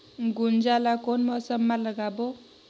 गुनजा ला कोन मौसम मा लगाबो?